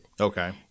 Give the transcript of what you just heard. Okay